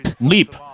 Leap